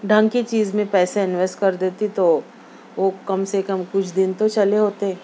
ڈھنگ کی چیز میں انویسٹ کر دیتی تو وہ کم سے کم کچھ دن تو چلے ہوتے